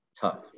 tough